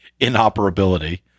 inoperability